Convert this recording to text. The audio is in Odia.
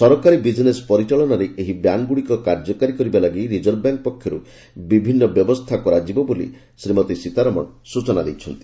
ସରକାରୀ ବିକ୍ନେସ୍ ପରିଚାଳନାରେ ଏହି ବ୍ୟାଙ୍କ୍ ଗୁଡ଼ିକ କାର୍ଯ୍ୟକରିବା ଲାଗି ରିଜର୍ଭ ବ୍ୟାଙ୍କ୍ ପକ୍ଷରୁ ବିଭିନ୍ନ ବ୍ୟବସ୍ଥା କରାଯିବ ବୋଲି ଶ୍ରୀମତୀ ସୀତାରମଣ ସୂଚନା ଦେଇଛନ୍ତି